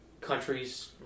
Countries